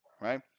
right